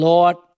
Lord